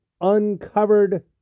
uncovered